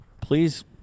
Please